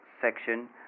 section